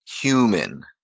human